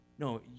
No